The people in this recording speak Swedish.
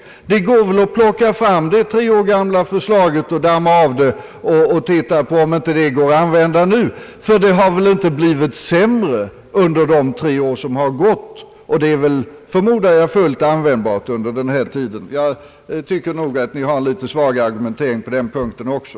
Det går väl att plocka fram det tre år gamla förslaget och damma av det och titta på om det inte går att använda nu. Det har väl inte blivit sämre under de tre år som har gått, och det är väl, förmodar jag, fullt användbart. Jag tycker nog att ni har en litet svag argumentering på den punkten också.